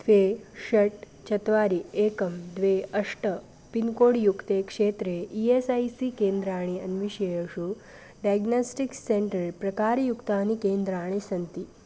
द्वे षट् चत्वारि एकं द्वे अष्ट पिन्कोड् युक्ते क्षेत्रे ई एस् ऐ सी केन्द्राणि अन्विष्य येषु डैग्नस्टिक्स् सेण्टर् प्रकारयुक्तानि केन्द्राणि सन्ति